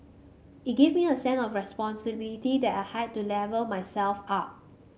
it gave me a sense of responsibility that I had to level myself up